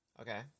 Okay